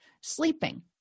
Sleeping